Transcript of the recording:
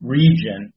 region